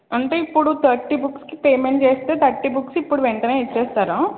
అంటే ఇప్పుడు థర్టీ బుక్స్కి పేమెంట్ చేస్తే థర్టీ బుక్స్ ఇప్పుడు వెంటనే ఇచ్చేస్తారా